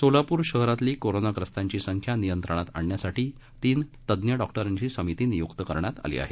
सोलापूर शहरातली कोरोनाग्रस्तांची संख्या नियंत्रणातआणण्यासाठी तीन तज्ञ डॉक्टरांची समिती निय्क्त करण्यात आली आहे